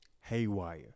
Haywire